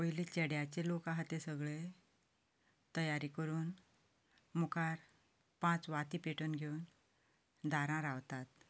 पयली चेड्याचे लोक आसात ते सगळी तयार करून मुखार पांच वाती पेटोवन घेवन दारार रावतात